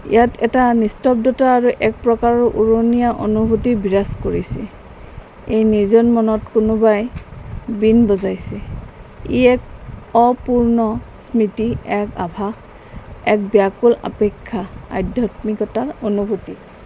ইয়াত এটা নিস্তব্ধতা আৰু এক প্ৰকাৰৰ উৰণীয়া অনুভূতি বিৰাজ কৰিছে এই নিৰ্জন মনত কোনোবাই বীন বজাইছে ই এক অপূৰ্ণ স্মৃতি এক আভাস এক ব্যাকুল অপেক্ষা আধ্যাত্মিকতাৰ অনুভূতি